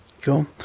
Cool